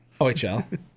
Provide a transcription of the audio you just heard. OHL